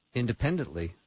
independently